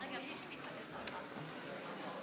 עליזה, את מתנגדת להצעת החוק?